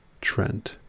Trend